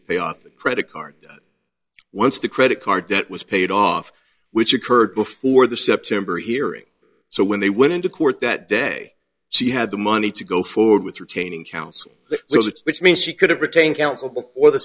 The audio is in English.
to pay off credit card once the credit card debt was paid off which occurred before the september hearing so when they went into court that day she had the money to go forward with retaining counsel which means she could have retain